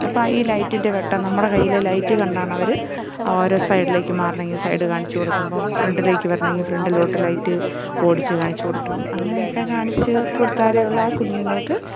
അപ്പം ഈ ലൈറ്റിൻ്റെ വെട്ടം നമ്മുടെ കയ്യിലെ ലൈറ്റ് കണ്ടാണ് അവർ ഓരോ സൈഡിലേക്ക് മാറണമെങ്കിൽ സൈഡ് കാണിച്ചു കൊടുക്കുമ്പം ഫ്രണ്ടിലേക്ക് വരണമെങ്കിൽ ഫ്രണ്ടിലോട്ട് ലൈറ്റ് ഓടിച്ച് കാണിച്ച് കൊടുക്കണം അങ്ങനെയൊക്കെ കാണിച്ച് കൊടുത്താലേ ഉള്ളൂ ആ കുഞ്ഞുങ്ങൾക്ക്